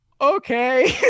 okay